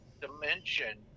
dimension